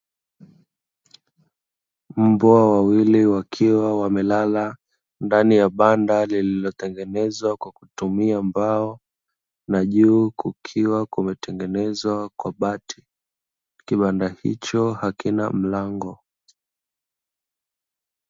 Mbwa wawili wakiwa wamelala ndani ya banda lililotengenezwa kwa kutumia mbao na juu kukiwa kumetengenezwa kwa bati, kibanda hicho hakina malngo.